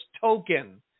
token